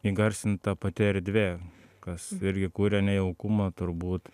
įgarsinta pati erdvė kas irgi kuria nejaukumą turbūt